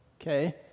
okay